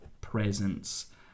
presence